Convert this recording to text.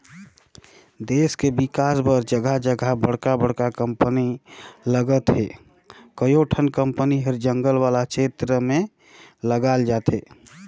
देस के बिकास बर जघा जघा बड़का बड़का कंपनी लगत हे, कयोठन कंपनी हर जंगल वाला छेत्र में लगाल जाथे